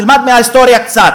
תלמד מההיסטוריה קצת.